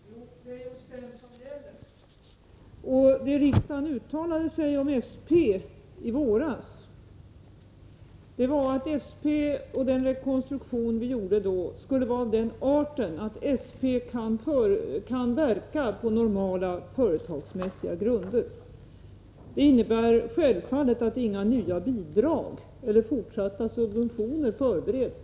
Herr talman! Jo, det är just den som gäller! Vad riksdagen i våras uttalade om SP var att den rekonstruktion av SP som vi då gjorde skulle vara av den arten att SP kan verka på normala, företagsmässiga grunder. Det innebär självfallet att inga nya bidrag eller fortsatta subventioner förbereds.